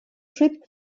trip